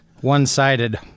one-sided